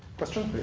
question?